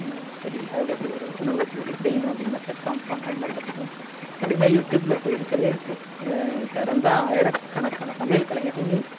சரி அதில் எப்படி ஒரு உணவு இப்படி இப்படி செய்யணும் அப்படினு மெத்தேர்டு காமிபாங்க அதுமாதிரி கற்றுக்குவோம் அப்படி இல்லைனா யூடியூப்ல போய் இருக்கவே இருக்குது திறந்தா ஆயிரக்கணக்கான சமையல் கலைஞர்கள்